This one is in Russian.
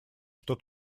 что